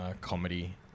comedy